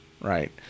right